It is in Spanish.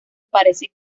parece